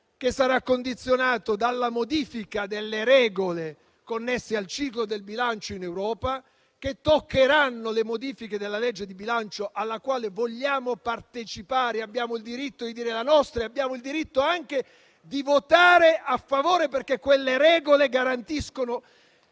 che sarà condizionato dalla modifica delle regole connesse al ciclo del bilancio in Europa che toccheranno le modifiche della legge di bilancio alla quale vogliamo partecipare. Abbiamo il diritto di dire la nostra e abbiamo il diritto anche di votare a favore, perché quelle regole garantiscono